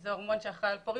שזה הורמון שאחראי על פוריות.